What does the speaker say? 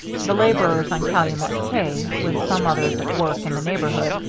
the laborers on calumet k, with some others at work in the neighborhood,